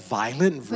violent